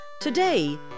Today